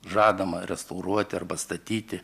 žadama restauruoti arba statyti